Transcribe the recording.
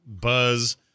buzz